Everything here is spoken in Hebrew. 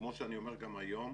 כמו שאני אומר גם היום,